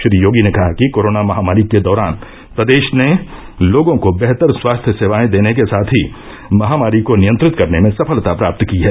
श्री योगी ने कहा कि कोरोना महामारी के दौरान प्रदेश ने लोगों को बेहतर स्वास्थ्य सेवाए र्देने के साथ ही महामारी को नियंत्रित करने में सफलता प्राप्त की है